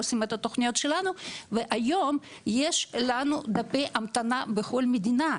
עושים את התוכניות שלנו והיום יש לנו דפי המתנה בכל מדינה,